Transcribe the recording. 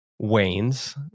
wanes